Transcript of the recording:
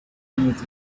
minutes